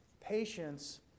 Patience